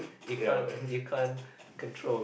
you can't you can't control